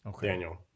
Daniel